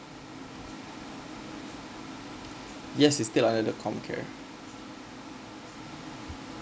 yes is still uh at the comcare